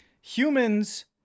humans